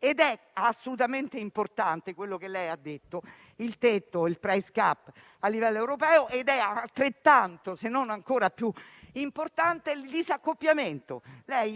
È assolutamente importante quello che lei ha detto a proposito del tetto, del *price cap* a livello europeo. Ed è altrettanto, se non ancora più importante, il disaccoppiamento: